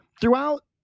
throughout